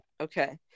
Okay